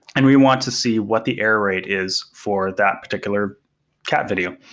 and we want to see what the error rate is for that particular cat video.